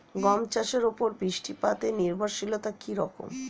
গম চাষের উপর বৃষ্টিপাতে নির্ভরশীলতা কী রকম?